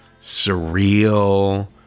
surreal